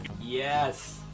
Yes